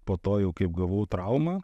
po to jau kaip gavau traumą